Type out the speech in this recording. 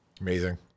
Amazing